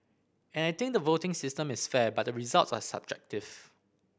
and I think the voting system is fair but the results are subjective